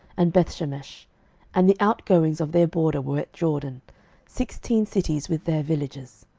and bethshemesh and the outgoings of their border were at jordan sixteen cities with their villages.